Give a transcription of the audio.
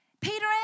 Peter